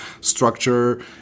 structure